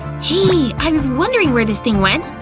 hey! i was wondering where this thing went.